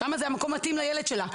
שם זה המקום המתאים לילד שלה,